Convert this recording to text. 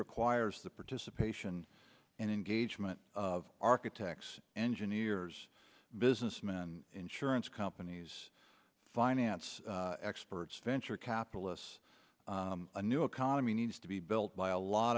requires the participation and engagement of architects engineers business men insurance companies finance experts venture capitalists a new economy needs to be built by a lot